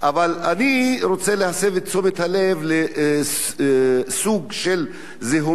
אבל אני רוצה להסב את תשומת הלב לסוג של זיהומים